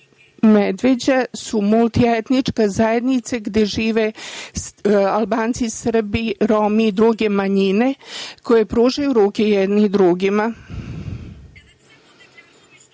Medveđa su multietničke zajednice gde žive Albanci, Srbi, Romi i druge manjine koje pružaju ruke jedni drugima. Iako